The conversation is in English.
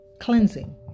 cleansing